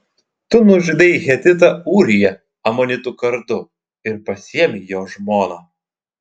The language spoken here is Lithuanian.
tu nužudei hetitą ūriją amonitų kardu ir pasiėmei jo žmoną